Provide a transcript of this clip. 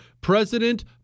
President